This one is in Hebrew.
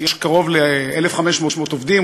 יש קרוב ל-1,500 עובדים,